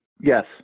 Yes